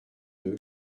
deux